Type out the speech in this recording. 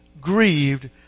grieved